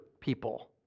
people